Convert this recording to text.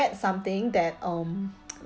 read something that um